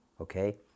okay